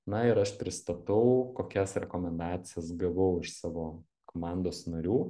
na ir aš pristatau kokias rekomendacijas gavau iš savo komandos narių